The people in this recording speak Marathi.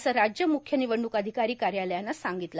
असं राज्य मुख्य निवडणुक र्आधकारी कायालयानं सांगितलं